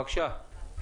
בבקשה.